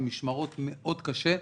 עם משמרות מאוד קשה.